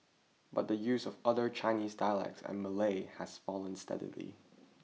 but the use of other Chinese dialects and Malay has fallen steadily